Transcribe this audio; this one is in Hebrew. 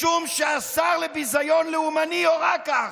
משום שהשר לביזיון לאומני הורה כך.